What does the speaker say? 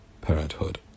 Parenthood